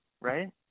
right